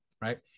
right